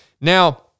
Now